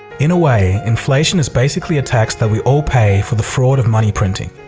in a way, inflation is basically a tax that we all pay for the fraud of money printing.